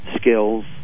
skills